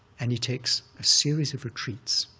and he takes a series of retreats.